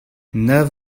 nav